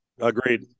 Agreed